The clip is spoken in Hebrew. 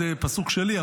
זה פסוק שלי,